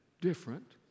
Different